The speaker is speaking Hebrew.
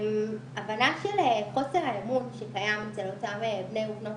הבנה של חוסר האמון שקיים אצל אותם בני ובנות